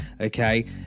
okay